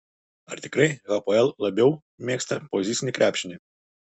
ar tikrai hapoel labiau mėgsta pozicinį krepšinį